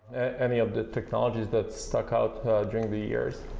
any of the technologies that stuck ah during the years?